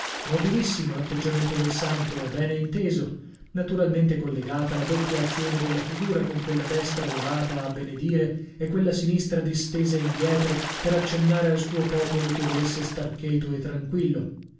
nobilissimo l'atteggiamento del santo e bene inteso naturalmente collegata la doppia azione della figura con quella destra levata a benedire e quella sinistra distesa indietro per accennare al suo popolo che volesse star cheto e tranquillo